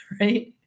Right